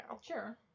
Sure